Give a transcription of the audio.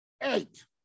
eight